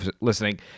listening